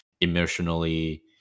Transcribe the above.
emotionally